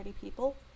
people